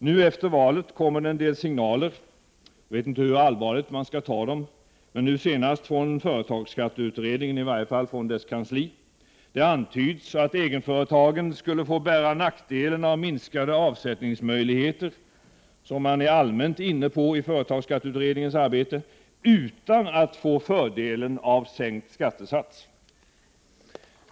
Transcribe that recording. Nu efter valet kommer det en del signaler — jag vet inte hur allvarligt jag skall uppfatta dem — nu senast från företagsskatteutredningens kansli. Det antyds att egenföretagen skulle få bära nackdelen av minskade avsättningsmöjligheter, som företagsskatteutredningen allmänt är inne på, utan att få fördelen av sänkt skattesats.